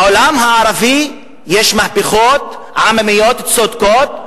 בעולם הערבי יש מהפכות עממיות צודקות,